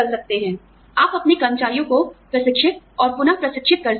आप अपने कर्मचारियों को प्रशिक्षित और पुनःप्रशिक्षित कर सकते हैं